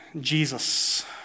Jesus